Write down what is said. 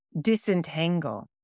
disentangle